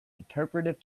interpretive